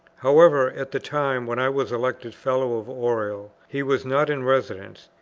however, at the time when i was elected fellow of oriel he was not in residence,